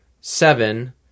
seven